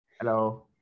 Hello